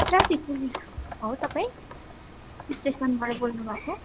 traffic police हो तपाईँ स्टेसनबाट बोल्नु भएको